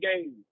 game